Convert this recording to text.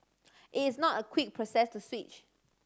it is not a quick process to switch